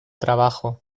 trabajo